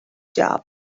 job